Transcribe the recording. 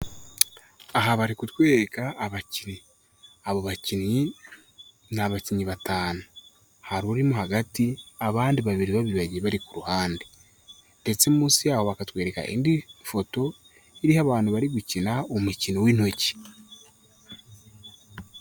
Aha bari kutwereka abakinnyi. Abo abakinnyi ni abakinnyi batanu. Hari urimo hagati, abandi babiri babiri bagiye bari ku ruhande. Ndetse munsi yabo bakatwereka indi foto, iriho abantu bari gukina, umukino w'intoki.